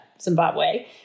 Zimbabwe